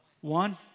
One